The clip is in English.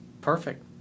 Perfect